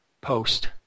post